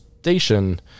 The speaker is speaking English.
Station